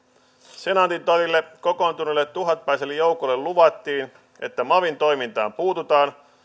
senaatintorille kokoontuneelle tuhatpäiselle joukolle luvattiin että mavin toimintaan puututaan